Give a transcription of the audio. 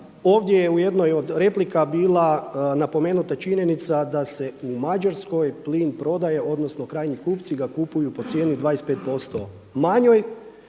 ovdje je u jednoj od replika bila napomenuta činjenica da se u Mađarskoj plin prodaje odnosno krajnji kupci ga kupuju po cijeni 25% manjoj,